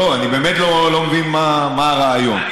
אני באמת לא מבין, מה הרעיון?